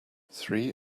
three